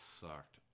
sucked